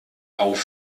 auf